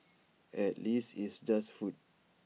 at least it's just food